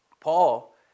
Paul